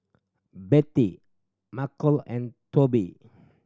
Betty Markel and Toby